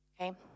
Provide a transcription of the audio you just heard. Okay